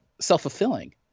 self-fulfilling